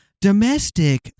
domestic